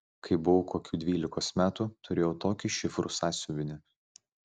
kai buvau kokių dvylikos metų turėjau tokį šifrų sąsiuvinį